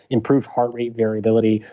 improved heart rate variability,